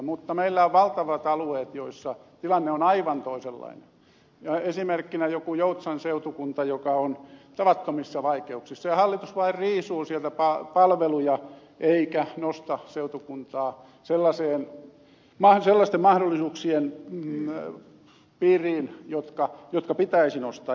mutta meillä on valtavat alueet joilla tilanne on aivan toisenlainen esimerkkinä joku joutsan seutukunta joka on tavattomissa vaikeuksissa ja hallitus vain riisuu sieltä palveluja eikä nosta seutukuntaa sellaisten mahdollisuuksien piiriin joihin pitäisi nostaa